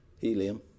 helium